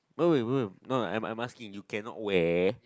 no I'm asking you cannot wear